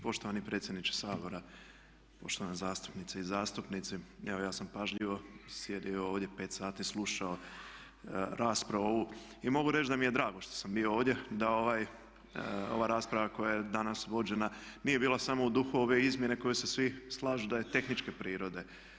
Poštovani predsjedniče Sabora, poštovane zastupnice i zastupnici evo ja sam pažljivo sjedio ovdje, pet sati slušao raspravu ovu i mogu reći da mi je drago što sam bio ovdje da ova rasprava koje je danas vođena nije bila samo u duhu ove izmjene koje se svi slažu da je tehničke prirode.